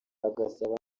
agasaba